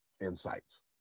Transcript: insights